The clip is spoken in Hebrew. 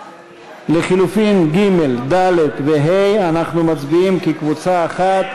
לחלופין ג', ד' וה' אנחנו מצביעים כקבוצה אחת.